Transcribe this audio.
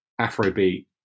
Afrobeat